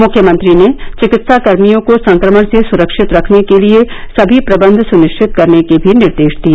मुख्यमंत्री ने चिकित्साकर्मियों को संक्रमण से सुरक्षित रखने के लिए समी प्रबंध सुनिश्चित करने के भी निर्देश दिए